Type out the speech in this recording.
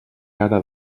cara